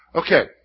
Okay